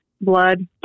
blood